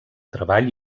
treball